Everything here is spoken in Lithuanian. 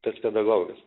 tas pedagogas